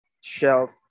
shelf